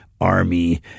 army